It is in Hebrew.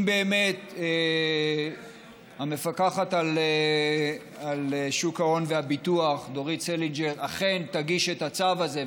אם באמת המפקחת על שוק ההון והביטוח דורית סלינגר אכן תגיש את הצו הזה,